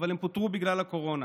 אבל הם פוטרו בגלל הקורונה.